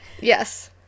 Yes